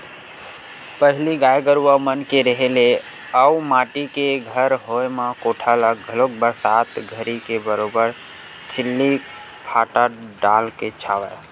पहिली गाय गरुवा मन के रेहे ले अउ माटी के घर होय म कोठा ल घलोक बरसात घरी के बरोबर छिल्ली फाटा डालके छावय